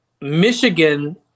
Michigan